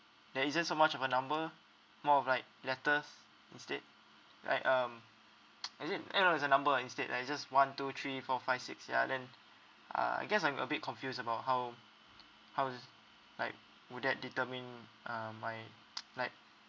there isn't so much of a number more of like letters instead right um I didn't and it was a number instead ah it's just one two three four five six ya then ah I guess I'm a bit confused about how how it's like would that determine uh my like